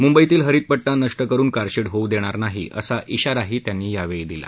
मुंबईतील हरितपट्टा नष्ट करून कारशेड होऊ देणार नाही असा इशाराही त्यांनी यावेळी दिला